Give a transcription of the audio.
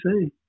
see